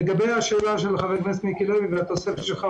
לגבי השאלה של חבר הכנסת מיקי לוי והתוספת שלך,